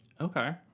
Okay